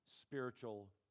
Spiritual